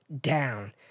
down